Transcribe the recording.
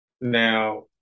now